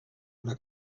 una